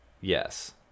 Yes